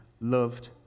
loved